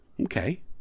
Okay